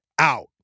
out